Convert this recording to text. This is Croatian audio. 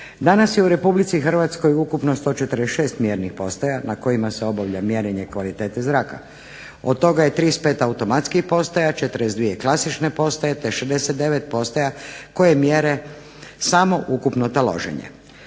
Danas je u Republici Hrvatskoj ukupno 146 mjernih postaja na kojima se obavlja mjerenje kvalitete zraka, od toga je 35 automatskih postaja, 42 klasične postaje te 69 postaja koje mjere samo ukupno taloženje.